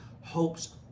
hopes